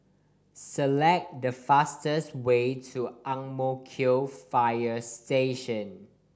select the fastest way to Ang Mo Kio Fire Station